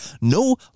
No